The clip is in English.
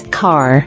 car